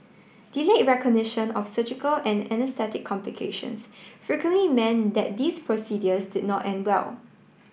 delayed recognition of surgical and anaesthetic complications frequently meant that these procedures did not end well